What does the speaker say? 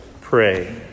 pray